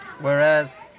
Whereas